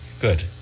Good